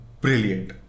Brilliant